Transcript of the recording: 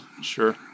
Sure